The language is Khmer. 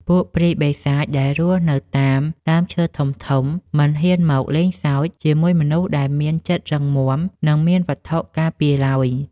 ពួកព្រាយបិសាចដែលរស់នៅតាមដើមឈើធំៗមិនហ៊ានមកលេងសើចជាមួយមនុស្សដែលមានចិត្តរឹងមាំនិងមានវត្ថុការពារឡើយ។